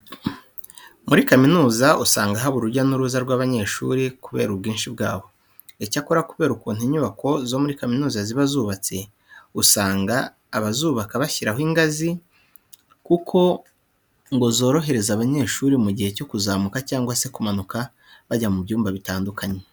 Muri kaminuza usanga haba hari urujya n'uruza rw'abanyeshuri kubera ubwinshi bwabo. Icyakora kubera ukuntu inyubako zo muri kaminuza ziba zubatse usanga abazubaka bashyiraho ingazi kugira ngo zorohereze abanyeshuri mu gihe bari kuzamuka cyangwa se bamanuka bajya mu byumba bitandukanye.